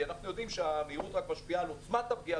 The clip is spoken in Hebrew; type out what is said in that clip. כי אנחנו יודעים שהמהירות משפיעה על עוצמת הפגיעה,